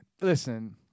listen